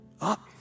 Up